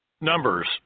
Numbers